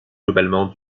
globalement